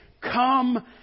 come